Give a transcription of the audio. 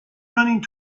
running